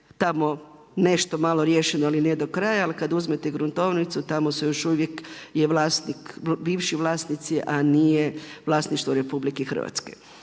tamo nešto malo riješeno, ali nije do kraja, ali kad uzmete gruntovnicu, tamo su još uvijek bivši vlasnici, a nije vlasništvo RH.